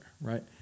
right